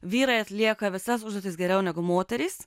vyrai atlieka visas užduotis geriau negu moterys